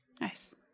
Nice